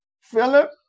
Philip